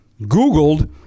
Googled